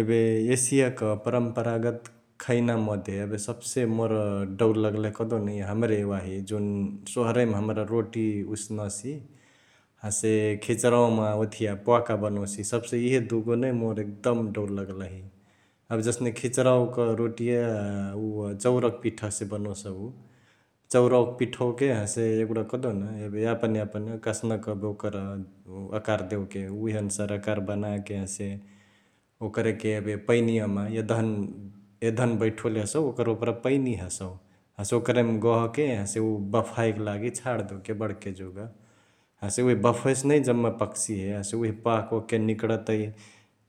एबे एसियाक परम्प्रागत खैना मध्य एबे सबसे मोर डौल लगलही कहदेउन इ हमरे वाही जुन सोहरईमा हमरा रोटी उसनसी हसे खिचरावा ओथिया प्वाका बनोसी सबसे इहे दुगो नै मोर एकदम डौल लगलही । एबे जसने खिचरावाक रोटिया उअ चौरक पिठासे बनओसउ । चौरवाके पिठवाके हसे एगुडा कहदेउन एबे यापन यापन कसनक एबे ओकर आकर देओके उहे अनुसार आकर बनाके हसे ओकरके एबे पैनियामा यदहन ,यदहन बैठोले हसउ ओकर ओपरा पैनी हसौ हसे ओकरहिमा गहके हसे उ बफएके लागी छाड देओके बडके जुग । हसे उहे बफवासे नै जम्मा पकसिहे हसे उअ पाकओकके निकडतै,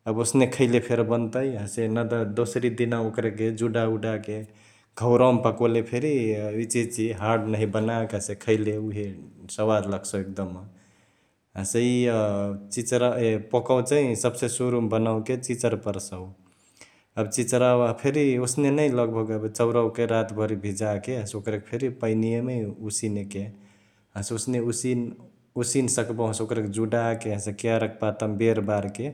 एबे ओसने खैले फेरी बनतई हसे नत दोसरी दिनवा ओकरके जुडाउडाके घौरावामा पकोले फेरी इचहिची हाड नहिया बनाके हसे खैले उहे सवाद लगसई एकदम । हसे इअ चिचरावा ए प्कवा चैं सब्से सुरुमा बनावेके चिचर परसउ । एबे चिचरवा फेरी ओसने नै लगभग एबे चौरावाके रातभर भिजाके हसे ओकरेके फेरी पैनियामै उसेनेके हसे ओसने उसिन उसिनसक्बहु हसे ओकरके जुडाके हसे केराक पातामा बेरबारके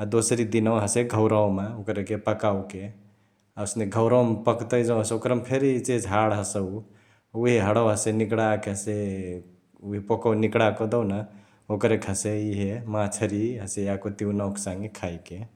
अ दोसारी दिनवा घौरावामा ओकरकके पकओके । ओसने घौरावामा पकतई जौं हसे ओकरमा फेरी इचहिची हाड हसौ उहे हडवा हसे निकडाके हसे उहे प्वकवा निकडाके कहदेउन ओकरके हसे इहे माछारि, हसे यको तिउनावाक साङ्गे खाएके ।